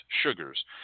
sugars